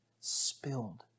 spilled